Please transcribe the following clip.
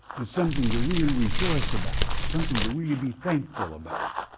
it's something to really rejoice about, something to really be thankful about.